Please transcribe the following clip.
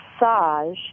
massage